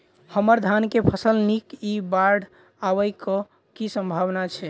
हम्मर धान केँ फसल नीक इ बाढ़ आबै कऽ की सम्भावना छै?